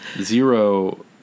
Zero